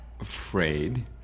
afraid